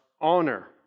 honor